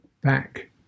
back